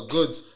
Goods